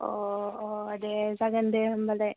अ अ दे जागोन दे होनबालाय